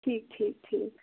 ٹھیٖک ٹھیٖک ٹھیٖک